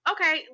Okay